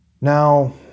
Now